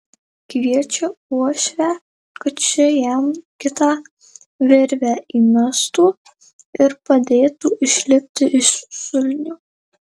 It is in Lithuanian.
kviečia uošvę kad ši jam kitą virvę įmestų ir padėtų išlipti iš šulinio